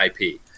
ip